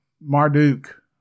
Marduk